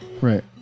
Right